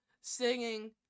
singing